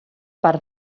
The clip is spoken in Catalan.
per